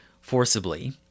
forcibly